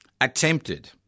attempted